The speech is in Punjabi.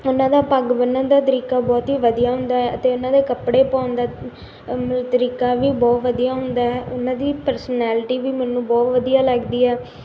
ਉਹਨਾਂ ਦਾ ਪੱਗ ਬੰਨਣ ਦਾ ਤਰੀਕਾ ਬਹੁਤ ਹੀ ਵਧੀਆ ਹੁੰਦਾ ਹੈ ਅਤੇ ਉਹਨਾਂ ਦੇ ਕੱਪੜੇ ਪਾਉਣ ਦਾ ਮਤਲਬ ਤਰੀਕਾ ਵੀ ਬਹੁਤ ਵਧੀਆ ਹੁੰਦਾ ਹੈ ਉਹਨਾਂ ਦੀ ਪਰਸਨੈਲਿਟੀ ਵੀ ਮੈਨੂੰ ਬਹੁਤ ਵਧੀਆ ਲੱਗਦੀ ਹੈ